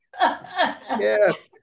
Yes